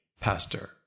Pastor